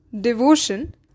devotion